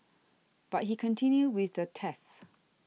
but he continued with the theft